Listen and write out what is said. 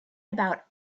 about